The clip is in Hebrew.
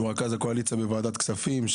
שהוא רכז הקואליציה בוועדת הכספים,